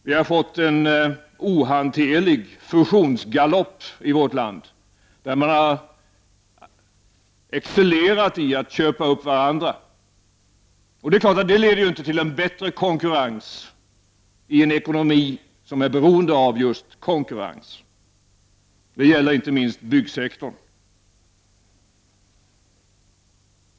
Vi har fått en ohanterlig fusionsgalopp i vårt land, där man har excellerat i att köpa upp varandra. Det leder självfallet inte till en bättre konkurrens, i en ekonomi som är beroende av just konkurrens. Det gäller inte minst byggsektorn.